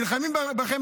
נלחמים בכם,